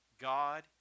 God